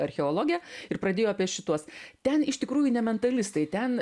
archeologę ir pradėjo apie šituos ten iš tikrųjų ne mentalistai ten